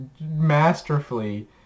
masterfully